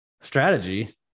strategy